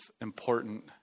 important